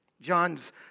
John's